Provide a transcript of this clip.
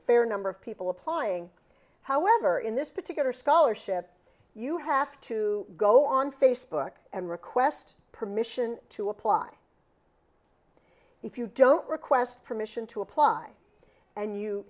fair number of people applying however in this particular scholarship you have to go on facebook and request permission to apply if you don't request permission to apply and you